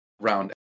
round